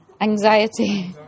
Anxiety